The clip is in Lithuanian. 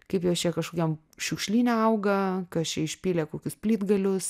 kaip jos čia kažkokiam šiukšlyne auga kas čia išpylė kokius plytgalius